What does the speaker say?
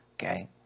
okay